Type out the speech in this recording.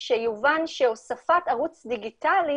שיובן שהוספת ערוץ דיגיטלי